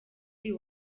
uyu